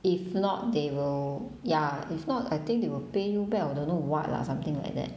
if not they will ya if not I think they will pay you back or don't know what lah something like that